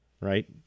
right